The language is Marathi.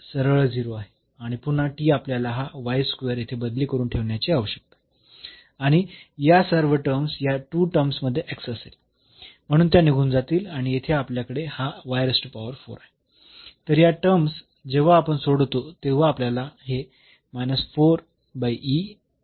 तर s हा सरळ 0 आहे आणि पुन्हा आपल्याला हा येथे बदली करून ठेवण्याची आवश्यकता आहे आणि या सर्व टर्म्स या 2 टर्म्स मध्ये असेल म्हणून त्या निघून जातील आणि येथे आपल्याकडे हा आहे तर या टर्म्स जेव्हा आपण सोडवतो तेव्हा आपल्याला हे आणि हे मिळेल